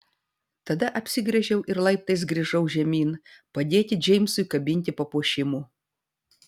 tada apsigręžiau ir laiptais grįžau žemyn padėti džeimsui kabinti papuošimų